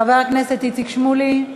חבר הכנסת איציק שמולי,